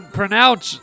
pronounce